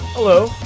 Hello